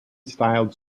styled